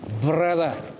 Brother